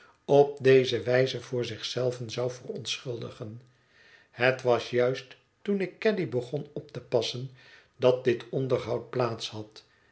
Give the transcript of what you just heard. op deze wijze voor zich zelven zou verontschuldigen het was juist toen ik caddy begon op te passen dat dit onderhoud plaats had